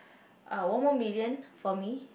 uh one more million for me